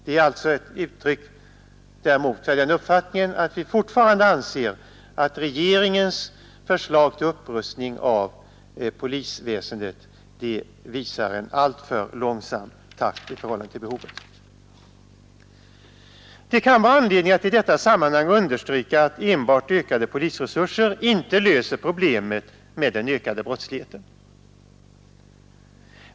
Men den är ett uttryck för att vi fortfarande har den uppfattningen att regeringens förslag till upprustning av polisväsendet innebär en alltför långsam takt i förhållande till behovet. Det kan vara anledning att i detta sammanhang understryka att enbart ökade polisresurser inte löser problemet med den ökande brottsligheten.